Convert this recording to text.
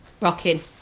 Rocking